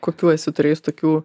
kokių esi turėjus tokių